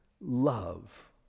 love